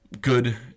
good